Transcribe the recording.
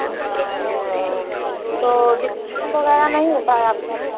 अच्छा तो डिस्काउंट वगैरह नहीं होता आपके यहाँ